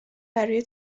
برای